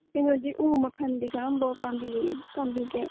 ꯀꯩꯅꯣꯗꯤ ꯎ ꯃꯈꯜꯗꯤ ꯀꯔꯝꯕ ꯄꯥꯝꯕꯤꯒꯦ